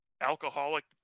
alcoholic